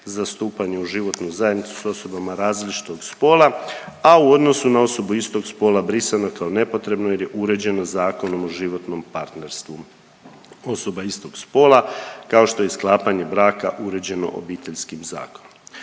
za stupanje u životnu zajednicu s osobama različitog spola, a u odnosu na osobu istog spola brisano je kao nepotrebno jer je uređeno Zakonom o životnom partnerstvu osoba istog spola kao što je i sklapanje braka uređeno Obiteljskim zakonom.